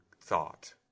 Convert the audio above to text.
thought